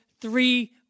three